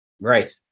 Right